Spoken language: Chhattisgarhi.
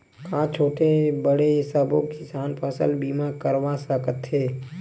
का छोटे बड़े सबो किसान फसल बीमा करवा सकथे?